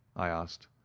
i asked.